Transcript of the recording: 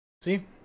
See